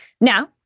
now